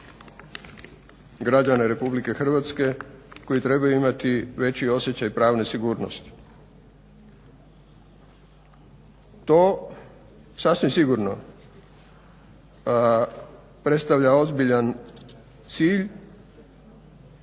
građana Republike Hrvatske koji trebaju imati veći osjećaj pravne sigurnosti. To sasvim sigurno predstavlja ozbiljan cilj.